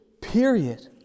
period